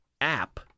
app